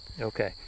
Okay